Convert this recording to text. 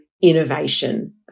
innovation